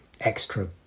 extra